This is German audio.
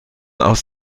aus